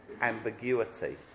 ambiguity